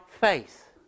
faith